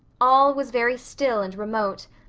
all was very still and remote,